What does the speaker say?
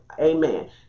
Amen